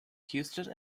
houston